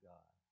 God